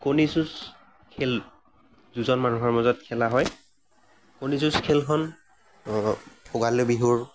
কণী যুঁজ খেল দুজন মানুহৰ মাজত খেলা হয় কণী যুঁজ খেলখন ভোগালী বিহুৰ